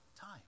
time